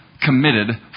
committed